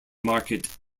market